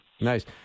Nice